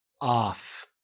off